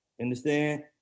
understand